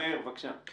מאיר, בבקשה.